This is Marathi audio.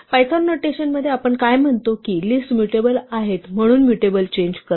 पायथॉन नोटेशनमध्ये आपण काय म्हणतो की लिस्ट म्यूटेबल आहेत म्हणून म्युटेशन चेंज करते